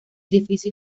difícil